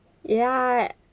ya